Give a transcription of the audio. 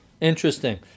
Interesting